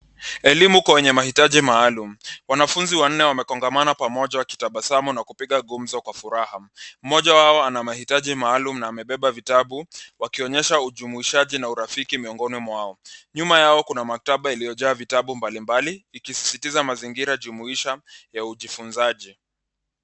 Elimu kwa wenye mahitaji maalum. Wanafunzi wanne wamekongamana pamoja wakitabasamu na kupiga gumzo kwa furaha. Mmoja wao ana mahitaji maalum na amebeba vitabu, wakionyesha ujumuishaji na urafiki miongoni mwao. Nyuma yao kuna maktaba iliyojaa vitabu mbalimbali ikisisitiza mazingira jumuisha ya ujifunzaji.